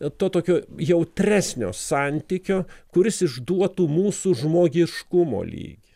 to tokio jautresnio santykio kuris išduotų mūsų žmogiškumo lygį